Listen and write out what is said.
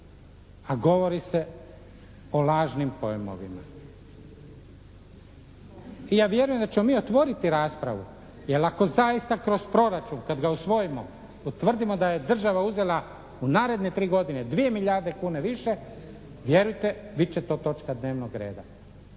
A govori se o lažnim pojmovima. I ja vjerujem da ćemo mi otvoriti raspravu. Jer ako zaista kroz proračun kad ga usvojimo utvrdimo da je država uzela u naredne 3 godine dvije milijarde kune više vjerujte bit će to točka dnevnog reda.